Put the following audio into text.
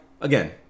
again